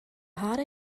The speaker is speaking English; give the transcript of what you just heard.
harder